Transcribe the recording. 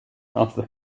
after